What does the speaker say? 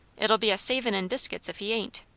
it'll be a savin' in biscuits, if he ain't.